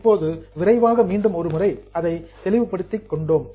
இப்போது விரைவாக மீண்டும் ஒருமுறை அதை தெளிவுபடுத்திக் கொண்டோம்